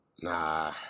Nah